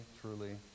truly